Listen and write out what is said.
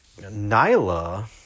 Nyla